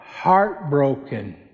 Heartbroken